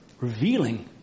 revealing